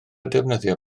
defnyddio